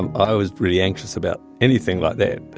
and i was pretty anxious about anything like that.